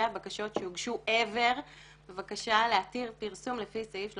הבקשות שהוגשו מעולם בבקשה להתיר פרסום לפי סעיף 352(ב).